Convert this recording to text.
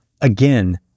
again